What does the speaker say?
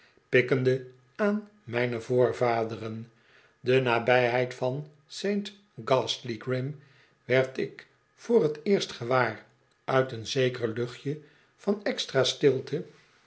pikkende aan mijne voorvaderen de nabijheid van saint ghastly grim werd ik voor t eerst gewaar uit een zeker luchtje van extra stilte